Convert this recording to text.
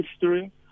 history